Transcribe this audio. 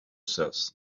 says